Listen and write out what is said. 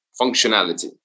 functionality